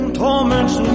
torments